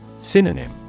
Synonym